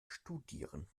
studieren